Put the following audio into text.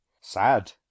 sad